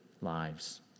lives